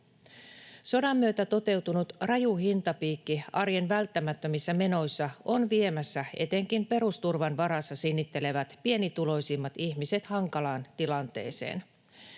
Sodan myötä toteutunut raju hintapiikki arjen välttämättömissä menoissa on viemässä etenkin perusturvan varassa sinnittelevät pienituloisimmat ihmiset hankalaan tilanteeseen.